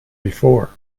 before